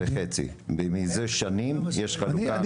חצי וחצי, מזה שנים יש חלוקה לערך שווה.